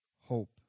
hope